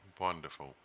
Wonderful